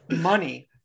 money